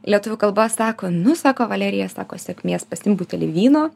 lietuvių kalba sako nu sako valerija sako sėkmės pasiimk butelį vyno